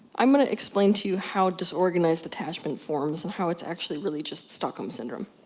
i'm gonna explain to you how disorganized attachment forms and how it's actually really just stockholm syndrome.